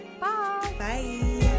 Bye